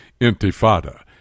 intifada